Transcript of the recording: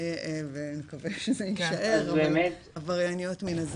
ונקווה שזה יישאר, עברייניות מין.